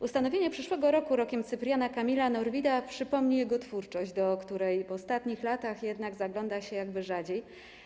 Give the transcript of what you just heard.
Ustanowienie przyszłego roku Rokiem Cypriana Kamila Norwida przypomni jego twórczość, do której w ostatnich latach zagląda się jakby rzadziej.